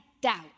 doubt